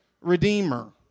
redeemer